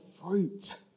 fruit